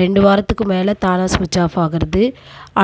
ரெண்டு வாரத்துக்கும் மேலே தானாக சுவிட்ச் ஆஃப் ஆகிறது